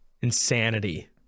insanity